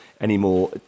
anymore